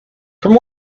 from